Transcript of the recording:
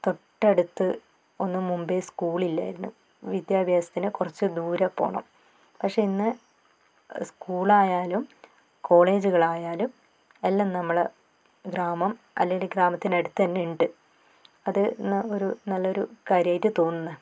തൊട്ടടുത്ത് ഒന്നും മുൻപ് സ്കൂൾ ഇല്ലായിരുന്നു വിദ്യാഭ്യാസത്തിന് കുറച്ച് ദൂരെ പോകണം പക്ഷേ ഇന്ന് സ്കൂളായാലും കോളേജുകളായാലും എല്ലാം നമ്മളുടെ ഗ്രാമം അല്ലെങ്കിൽ ഗ്രാമത്തിനടുത്ത് തന്നെ ഉണ്ട് അത് എല്ലാം ഒരു നല്ലൊരു കാര്യമായിട്ട് തോന്നുന്നത്